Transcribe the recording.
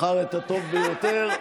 תבחר את הטוב ביותר.